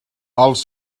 els